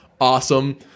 awesome